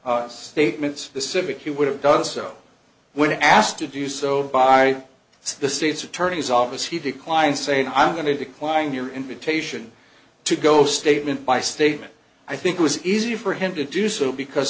r statements the civic he would have done so when asked to do so by the state's attorney's office he declined saying i'm going to decline your invitation to go statement by statement i think it was easy for him to do so because